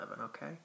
okay